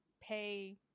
pay